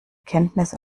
kenntnis